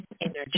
energy